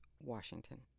Washington